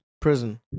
Prison